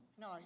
No